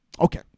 Okay